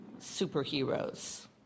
Superheroes